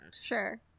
Sure